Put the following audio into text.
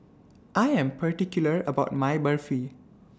I Am particular about My Barfi